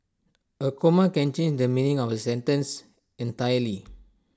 A comma can change the meaning of A sentence entirely